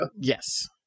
Yes